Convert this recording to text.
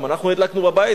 גם אנחנו הדלקנו בבית,